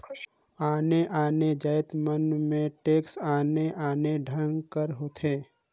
आने आने जाएत मन में टेक्स आने आने ढंग कर होथे